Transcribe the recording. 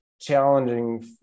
challenging